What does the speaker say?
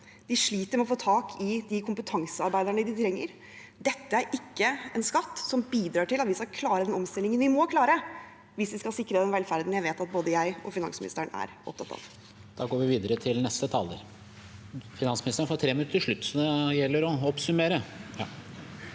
de sliter med å få tak i de kompetansearbeiderne de trenger. Dette er ikke en skatt som bidrar til at vi klarer den omstillingen vi må klare hvis vi skal sikre den velferden jeg vet at både jeg og finansministeren er opptatt av. Presidenten Da går vi videre til neste ta- ler. Finansministeren får 3 minutter til slutt, så det gjelder å oppsummere!